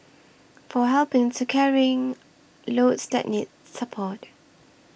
for helping to carrying loads that need support